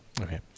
okay